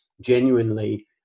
genuinely